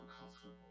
uncomfortable